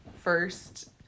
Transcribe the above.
first